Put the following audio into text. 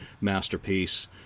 masterpiece